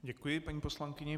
Děkuji paní poslankyni.